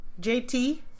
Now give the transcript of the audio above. JT